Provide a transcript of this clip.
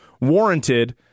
warranted